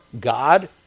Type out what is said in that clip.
God